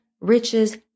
riches